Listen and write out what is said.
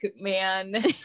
man